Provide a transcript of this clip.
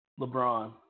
LeBron